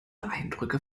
eindrücke